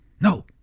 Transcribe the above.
No